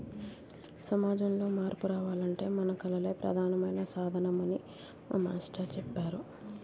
సమాజంలో మార్పు రావాలంటే మన కళలే ప్రధానమైన సాధనమని మా మాస్టారు చెప్పేరు